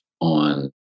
on